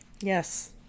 yes